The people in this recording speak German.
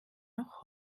noch